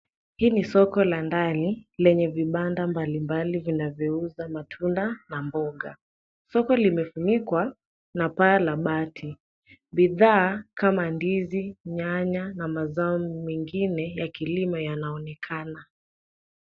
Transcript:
Hili ni soko la ndani leney vibanda mbalimbali vinavyouza matunda na mboga. Soko limefunikwa na paa la bati. Bidhaa kama ndizi, nyanya na mazao mengine ya kilimo yanaonekana.